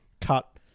cut